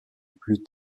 plus